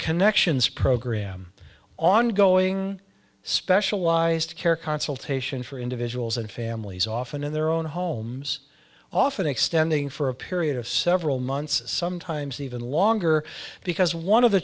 connections program ongoing specialized care consultation for individuals and families often in their own homes often extending for a period of several months sometimes even longer because one of the